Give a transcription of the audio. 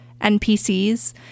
NPCs